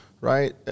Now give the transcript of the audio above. right